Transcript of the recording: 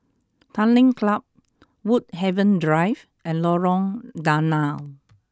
Tanglin Club Woodhaven Drive and Lorong Danau